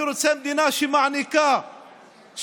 אני רוצה מדינה שמעניקה שוויון,